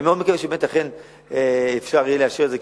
אני מאוד מקווה שבאמת יהיה אפשר לאשר את זה.